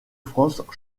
france